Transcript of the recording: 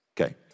Okay